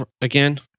again